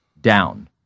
down